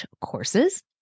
Courses